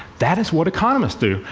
that is what economists do.